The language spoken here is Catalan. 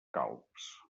calbs